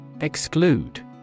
Exclude